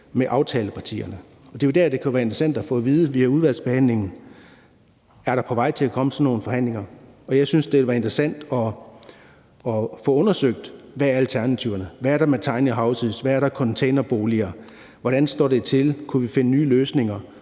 med aftalepartierne. Det er jo der, det kunne være interessant via udvalgsbehandlingen at få at vide, om sådan nogle forhandlinger er på vej. Jeg synes, det ville være interessant at få undersøgt, hvad alternativerne er: Hvad er der med tiny houses, hvad er der med containerboliger, hvordan står det til, kunne vi finde nye løsninger?